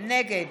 נגד